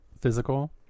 physical